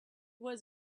was